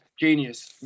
genius